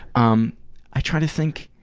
um i try to think